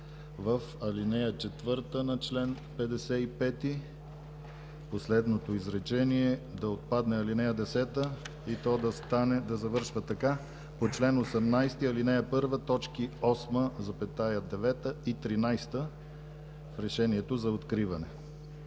в ал. 4 на чл. 55, в последното изречение да отпадне ал. 10 и то да завършва така: „по чл. 18, ал. 1, точки 8, 9 и 13” в решението за откриване.